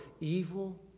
evil